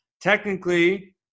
technically